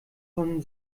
von